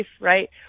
right